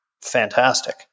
fantastic